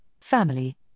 family